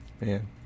Man